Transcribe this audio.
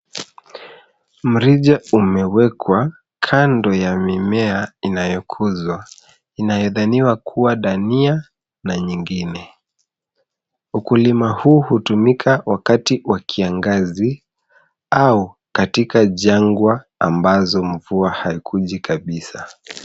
Mrija umewekwa kando ya mimea inayokuzwa inayodhaniwa kuwa dania na nyingine. Ukulima huu hutumika wakati wa kiangazi au katika jangwa ambazo mvua haikuji kabisa.